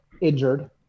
injured